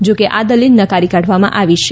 જો કે આ દલીલ નકારી કાઢવામાં આવી છે